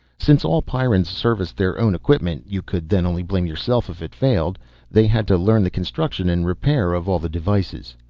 since all pyrrans serviced their own equipment you could then only blame yourself if it failed they had to learn the construction and repair of all the devices.